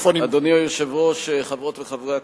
אדוני היושב-ראש, חברות וחברי הכנסת,